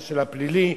של הפלילי.